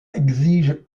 exige